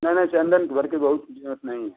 नहीं नहीं चंदन के घर के बहुत नहीं है